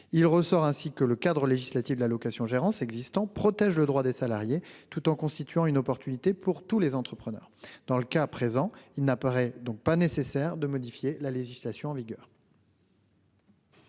Il ressort ainsi que le cadre législatif existant de la location-gérance protège le droit des salariés tout en constituant une opportunité pour tous les entrepreneurs. Il n'apparaît donc pas nécessaire de modifier la législation en vigueur.